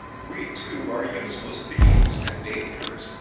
we two are useless beings and dangerous,